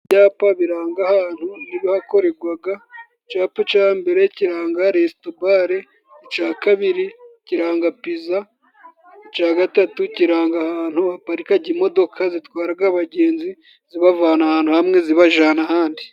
Ibyapa biranga ahantu n'ibihakorerwa, icyapa cya mbere kiranga restobare icya kabiri kiranga piza, icya gatatu kiranga ahantu haparika imodoka zitwara abagenzi, zibavana ahantu hamwe zibajyana ahandi.